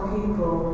people